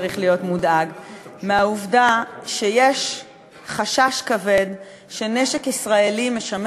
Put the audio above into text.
צריך להיות מודאג מהעובדה שיש חשש כבד שנשק ישראלי משמש